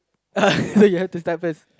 you have to start first